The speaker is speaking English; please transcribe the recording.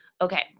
Okay